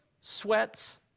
sweats